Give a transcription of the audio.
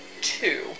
Two